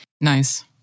Nice